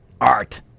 Art